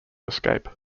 escape